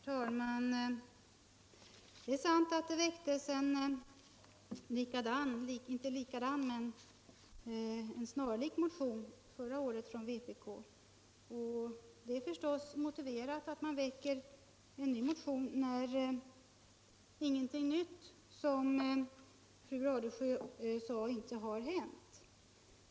Herr talman! Det är sant att det väcktes en snarlik motion förra året från vpk. Det är förstås motiverat att man väcker en ny motion när ingenting nytt, som fru Radesjö sade, har hänt.